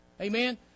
Amen